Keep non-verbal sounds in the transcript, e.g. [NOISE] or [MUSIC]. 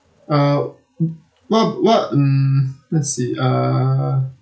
uh [NOISE] what what mm let's see uh